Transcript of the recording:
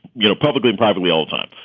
you know, publicly, privately, all time.